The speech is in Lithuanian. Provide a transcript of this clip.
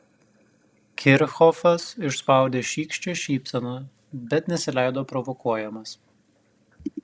kirchhofas išspaudė šykščią šypseną bet nesileido provokuojamas